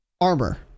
Armor